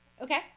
Okay